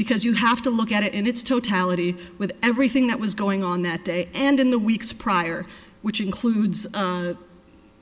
because you have to look at it in its totality with everything that was going on that day and in the weeks prior which includes the